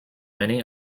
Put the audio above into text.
many